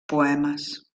poemes